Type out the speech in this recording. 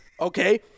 Okay